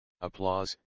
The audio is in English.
Applause